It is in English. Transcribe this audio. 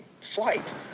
flight